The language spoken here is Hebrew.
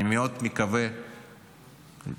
אני מאוד מקווה שהממשלה